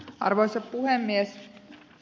arvoisa puhemies